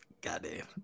Goddamn